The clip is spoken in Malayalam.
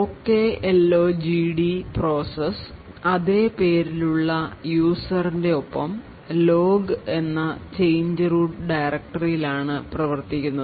OKLOGD process അതേപേരിലുള്ള യൂസർ ന്റെ ഒപ്പം ലോഗ് എന്ന ചേഞ്ച് റൂട്ട് ഡയറക്ടറിയിൽ ആണ് പ്രവർത്തിക്കുന്നത്